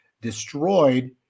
destroyed